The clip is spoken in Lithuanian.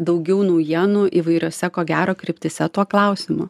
daugiau naujienų įvairiose ko gero kryptyse tuo klausimu